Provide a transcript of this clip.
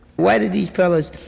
why did these fellas,